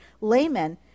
laymen